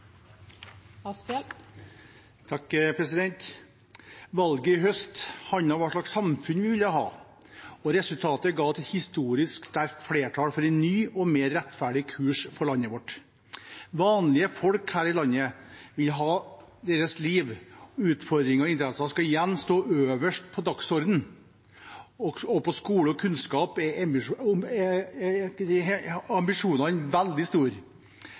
Valget i høst handlet om hva slags samfunn vi vil ha. Resultatet ga et historisk sterkt flertall for en ny og mer rettferdig kurs for landet vårt. Vanlige folk i hele landet vil at deres liv, utfordringer og interesser igjen skal stå øverst på dagsordenen. Og på skole og kunnskap er